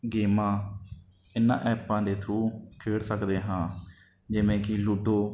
ਗੇਮਾਂ ਇਹਨਾਂ ਐਪਾਂ ਦੇ ਥਰੂਅ ਖੇਡ ਸਕਦੇ ਹਾਂ ਜਿਵੇਂ ਕਿ ਲੁੱਡੋ